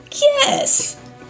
Yes